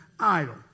idol